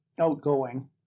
outgoing